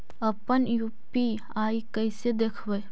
अपन यु.पी.आई कैसे देखबै?